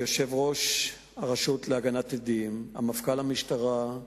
עם יושב-ראש הרשות להגנת עדים, עם מפכ"ל המשטרה,